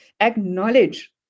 acknowledge